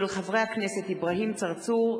הצעת חברי הכנסת אברהים צרצור,